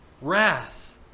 wrath